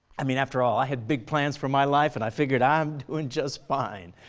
i mean after all, i had big plans for my life and i figured i'm doing just fine.